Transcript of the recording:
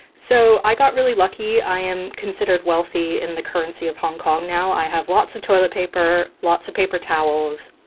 so i got really lucky. i am considered wealthy in the currency of hong kong now. i have lots of toilet paper, lots of paper towels.